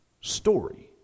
story